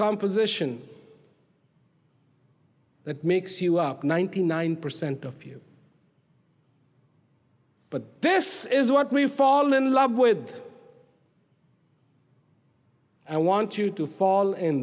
composition that makes you up ninety nine percent of you but this is what we fall in love with and want you to fall in